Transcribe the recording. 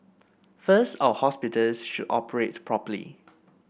first our hospitals should operate properly